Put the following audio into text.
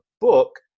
Book